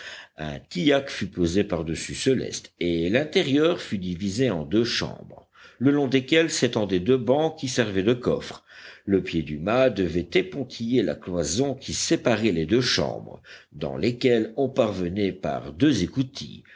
tillac fut posé par-dessus ce lest et l'intérieur fut divisé en deux chambres le long desquelles s'étendaient deux bancs qui servaient de coffres le pied du mât devait épontiller la cloison qui séparait les deux chambres dans lesquelles on parvenait par deux écoutilles